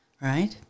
right